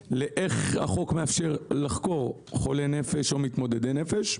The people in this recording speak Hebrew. לאופן שבו החוק מאפשר לחקור חולה נפש או מתמודדי נפש.